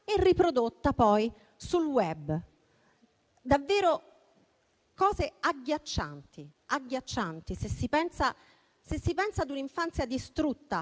e riprodotta poi sul *web*. Sono davvero cose agghiaccianti. Se si pensa ad un'infanzia distrutta,